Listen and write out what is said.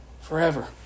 forever